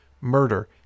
murder